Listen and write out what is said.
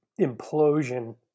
implosion